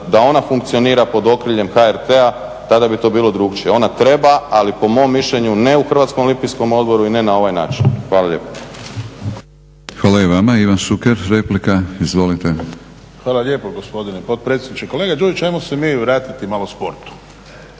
da ona funkcionira pod okriljem HRT-a tada bi to bilo drukčije. Ona treba, ali po mišljenju ne u Hrvatskom olimpijskom odboru i ne na ovaj način. Hvala lijepa. **Batinić, Milorad (HNS)** Hvala i vama. Ivan Šuker, replika. Izvolite. **Šuker, Ivan (HDZ)** Hvala lijepo gospodine potpredsjedniče. Kolega Đujić, hajmo se mi vratiti malo sportu.